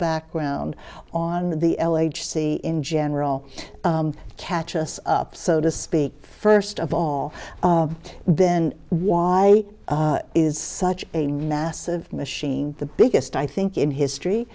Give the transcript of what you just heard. background on the l h c in general catch us up so to speak first of all then why is such a massive machine the biggest i think in history